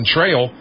Trail